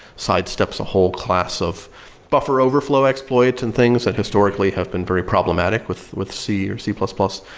sidesteps a whole class of buffer overflow exploits and things that historically have been very problematic with with c or c plus plus.